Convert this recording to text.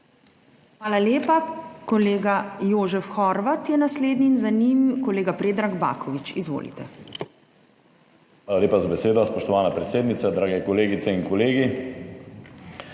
Hvala lepa. Kolega Jožef Horvat je naslednji in za njim kolega Predrag Baković. Izvolite. JOŽEF HORVAT (PS NSi): Hvala lepa za besedo, spoštovana predsednica. Drage kolegice in kolegi.